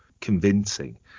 convincing